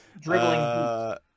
Dribbling